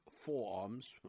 forearms